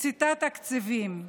הקצתה תקציבים,